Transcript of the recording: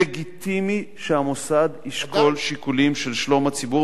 לגיטימי שהמוסד ישקול שיקולים של שלום הציבור